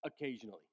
occasionally